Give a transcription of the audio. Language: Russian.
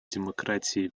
демократии